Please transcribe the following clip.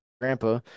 grandpa